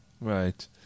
right